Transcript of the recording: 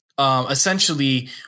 Essentially